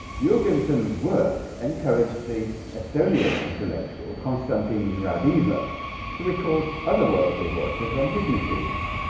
jorgenson's work, encouraged the estonian intellectual, konstantin rod ever to record otherworldly voices on his machines,